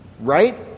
right